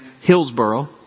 Hillsboro